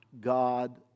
God